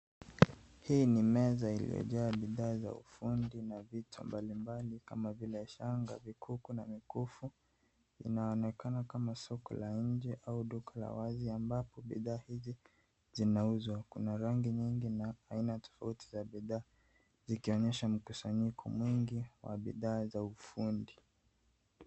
Hii ni meza iliyojaa bidhaa ya ufundi na vitu mbalimbali kama vile shanga, vikuku na mikufu. Inaonekana kama soko la nje au duka la wazi ambapo bidhaa hizi zinauzwa. Kuna rangi nyingi na aina tofauti za bidhaa zikionyesha mkusanyiko mwingi wa bidhaa za ufundi.